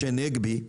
משה נגבי,